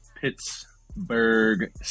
Pittsburgh